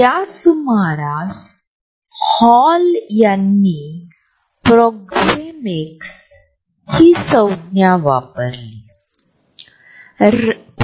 त्यांनी या पुस्तकात लोकांशी परस्पर संवाद साधण्यासाठी परस्पर अंतराचा वापर करण्याबद्दलचा आपला सिद्धांत मांडला आहे